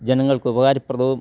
ജനങ്ങൾക്ക് ഉപകാരപ്രദവും